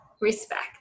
respect